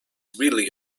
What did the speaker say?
really